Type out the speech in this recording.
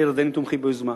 הירדנים תומכים ביוזמה,